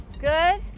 good